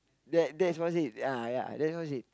that that's one thing ya that's one thing